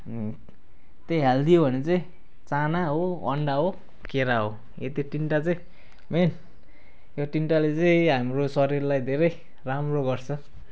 त्यही हेल्दी हो भने चाहिँ चाना हो अन्डा हो केरा हो यति तिनटा चाहिँ मेन यो तिनटाले चाहिँ हाम्रो शरीरलाई धेरै राम्रो गर्छ